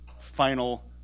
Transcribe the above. final